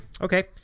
Okay